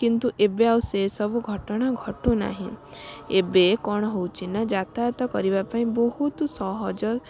କିନ୍ତୁ ଏବେ ଆଉ ସେସବୁ ଘଟଣା ଘଟୁନାହିଁ ଏବେ କ'ଣ ହେଉଛି ନା ଯାତାୟତ କରିବା ପାଇଁ ବହୁତ ସହଜ